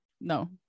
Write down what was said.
No